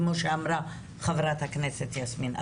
כפי שאמרה חברת הכנסת יסמין פרידמן.